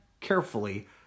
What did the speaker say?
carefully